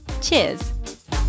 Cheers